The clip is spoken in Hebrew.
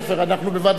אנחנו בוועדת כספים,